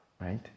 Right